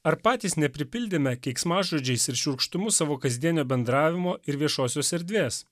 ar patys nepripildėme keiksmažodžiais ir šiurkštumu savo kasdienio bendravimo ir viešosios erdvės